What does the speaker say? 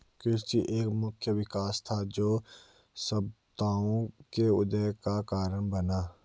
कृषि एक मुख्य विकास था, जो सभ्यताओं के उदय का कारण बना